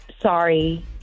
sorry